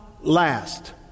last